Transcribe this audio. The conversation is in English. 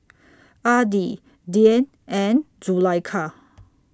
Adi Dian and Zulaikha